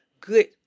good